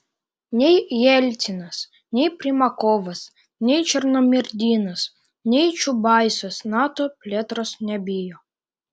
nei jelcinas nei primakovas nei černomyrdinas nei čiubaisas nato plėtros nebijo